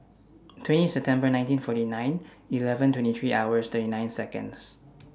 twenty September nineteen forty nine eleven twenty three hours thirty nine Seconds